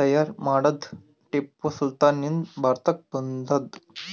ತೈಯಾರ್ ಮಾಡದ್ದ್ ಟಿಪ್ಪು ಸುಲ್ತಾನ್ ನಿಂದ್ ಭಾರತಕ್ಕ್ ಬಂದದ್